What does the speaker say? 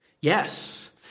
Yes